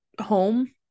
home